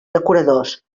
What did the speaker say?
decoradors